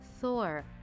Thor